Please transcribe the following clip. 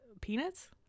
peanuts